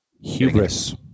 Hubris